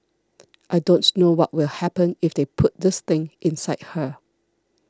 I don't know what will happen if they put this thing inside her